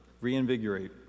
reinvigorate